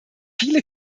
viele